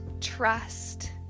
trust